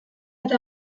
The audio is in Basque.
eta